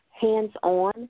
hands-on